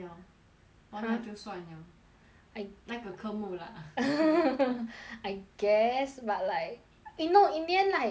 完了就算了 I 那个科目 lah I guess but like eh no in the end like no you know what's the most 气人 during our practice right the whole thing worked but then on our presentation day itself right the second or third attempt 坏掉 eh